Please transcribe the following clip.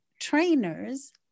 trainers